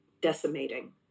decimating